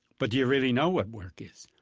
but do you really know what work is?